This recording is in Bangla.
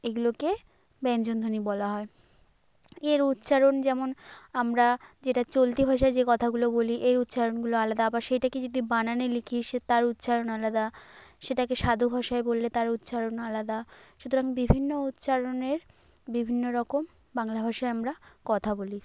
এগুলোকে ব্যঞ্জন ধ্বনি বলা হয় এর উচ্চারণ যেমন আমরা যেটা চলতি ভাষায় যে কথাগুলো বলি এর উচ্চারণগুলো আলাদা আবার সেইটাকে যদি বানানে লিখি সে তার উচ্চারণ আলাদা সেটাকে সাধু ভাষায় বললে তার উচ্চারণ আলাদা সুতরাং বিভিন্ন উচ্চারণের বিভিন্ন রকম বাংলা ভাষায় আমরা কথা বলি